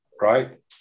right